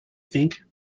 think